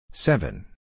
Seven